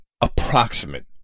approximate